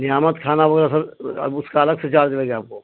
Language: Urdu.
نعمت کھانا وغیرہ سر اب اس کا الگ سے چارج لے گا آپ کو